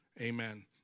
amen